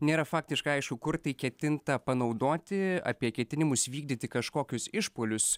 nėra faktiškai aišku kur tai ketinta panaudoti apie ketinimus vykdyti kažkokius išpuolius